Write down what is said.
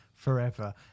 forever